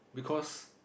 because